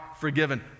forgiven